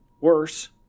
worse